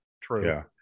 true